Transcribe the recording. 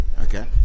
okay